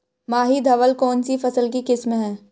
माही धवल कौनसी फसल की किस्म है?